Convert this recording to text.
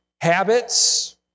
Habits